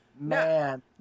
Man